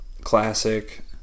classic